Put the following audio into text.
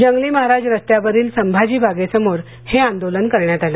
जंगली महाराज रस्त्यावरील संभाजी बागेसमोर हे आंदोलन करण्यात आलं